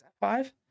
five